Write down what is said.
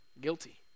Guilty